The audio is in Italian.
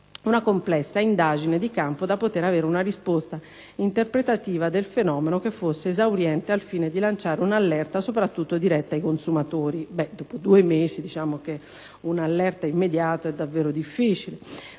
una complessa indagine di campo per poter avere una risposta interpretativa del fenomeno che fosse esauriente al fine di lanciare un'allerta soprattutto diretta ai consumatori». Dopo due mesi, un'allerta immediata è davvero difficile.